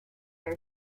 are